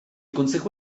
consejo